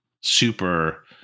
super